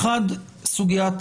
האחד, סוגיית